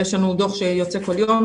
יש לנו דוח שיוצא כל יום,